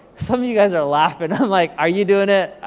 some of you guys are laughin', i'm like, are you doin' it?